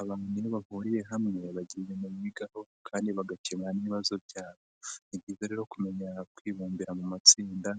Abantu iyo bahuriye hamwe bagira ibintu bigaho kandi bagakemura n'ibibazo byabo, ni byiza rero kumenya kwibumbira mu matsinda,